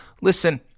Listen